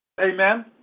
Amen